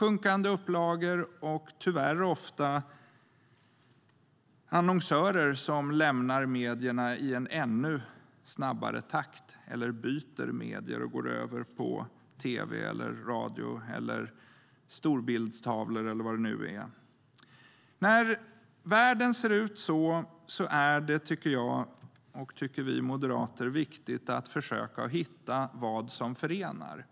Upplagorna sjunker, och tyvärr lämnar annonsörerna medierna i en ännu snabbare takt eller byter medier och går över till tv, radio, storbildstavlor eller vad det nu är. När världen ser ut på det sättet är det, tycker vi moderater, viktigt att försöka hitta vad som förenar oss.